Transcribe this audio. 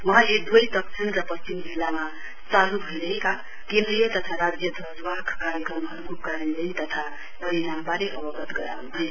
वहाँले दुवै दक्षिण र पश्चिम जिल्लामा चालू भइरहेका केन्द्रीय तथा राज्य ध्वजवाहक कार्याक्रमहरूको कार्यान्वयन तथा परिणामबारे अवगत गराउन्भयो